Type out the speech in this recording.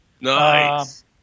Nice